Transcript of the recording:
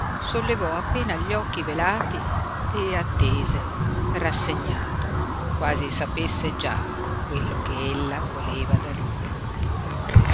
sollevò appena gli occhi velati e attese rassegnato quasi sapesse già quello che ella voleva da lui